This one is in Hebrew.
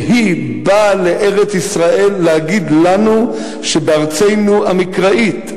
והיא באה לארץ-ישראל להגיד לנו שבארצנו המקראית,